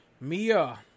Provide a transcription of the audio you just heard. Mia